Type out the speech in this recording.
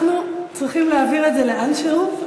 אנחנו צריכים להעביר את זה לאנשהו.